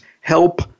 help